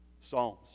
psalms